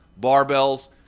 barbells